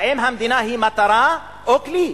האם המדינה היא מטרה או כלי,